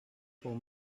pour